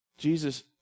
Jesus